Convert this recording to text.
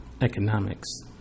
economics